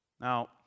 Now